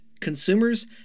consumers